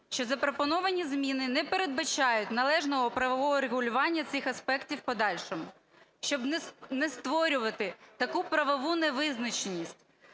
що запропоновані зміни не передбачають належного правового регулювання цих аспектів в подальшому. Щоб не створювати таку правову невизначеність